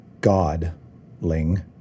godling